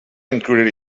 included